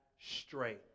straight